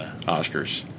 Oscars